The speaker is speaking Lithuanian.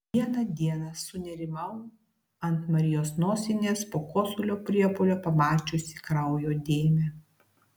vieną dieną sunerimau ant marijos nosinės po kosulio priepuolio pamačiusi kraujo dėmę